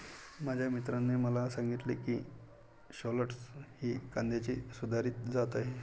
माझ्या मित्राने मला सांगितले की शालॉट्स ही कांद्याची सुधारित जात आहे